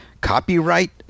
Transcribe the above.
copyright